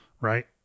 Right